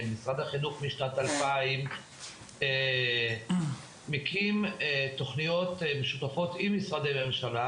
משרד החינוך משנת 2000 מקים תוכניות משותפות עם משרדי ממשלה,